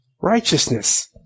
Righteousness